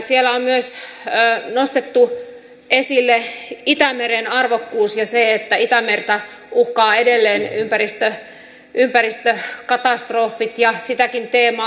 siellä on myös nostettu esille itämeren arvokkuus ja se että itämerta uhkaavat edelleen ympäristökatastrofit ja sitäkin teemaa